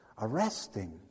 arresting